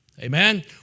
Amen